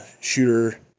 shooter